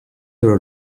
her